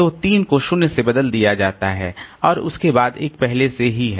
तो 3 को 0 से बदल दिया जाता है और उसके बाद 1 पहले से ही है